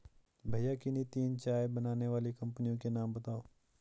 भैया किन्ही तीन चाय बनाने वाली कंपनियों के नाम बताओ?